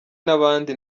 n’abandi